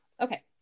Okay